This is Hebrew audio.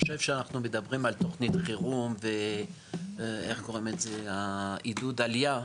מדברים על תוכנית חירום ועידוד עלייה,